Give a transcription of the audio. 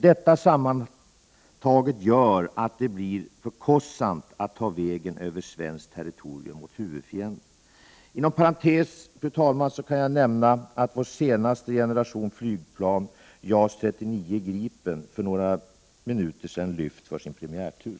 Detta sammantaget gör att det blir för kostsamt att ta vägen över svenskt territorium mot huvudfienden. Inom parentes, fru talman, kan jag nämna att vår senaste generation flygplan JAS 39 Gripen för några minuter sedan lyft för sin premiärtur.